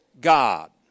God